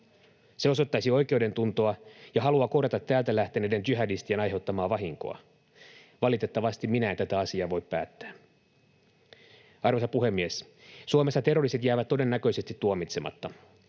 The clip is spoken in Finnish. Se osoittaisi oikeudentuntoa ja halua kohdata täältä lähteneiden jihadistien aiheuttamaa vahinkoa. Valitettavasti minä en tätä asiaa voi päättää. Arvoisa puhemies! Suomessa terroristit jäävät todennäköisesti tuomitsematta.